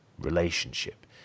relationship